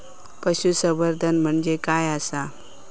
पशुसंवर्धन म्हणजे काय आसा?